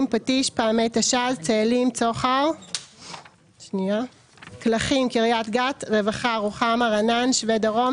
פטיש פעמי תש"ז צאלים צוחר קלחים קריית גת רווחה רוחמה רנן שבי דרום